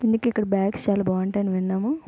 అందుకు ఇక్కడ బ్యాగ్స్ చాలా బాగుంటాయి అని విన్నాము